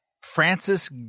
Francis